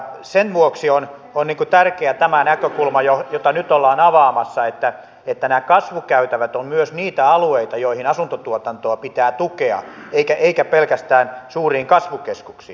sen vuoksi on tärkeä tämä näkökulma jota nyt ollaan avaamassa että nämä kasvukäytävät ovat myös niitä alueita joihin asuntotuotantoa pitää tukea ei pelkästään suuriin kasvukeskuksiin